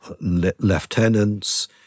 lieutenants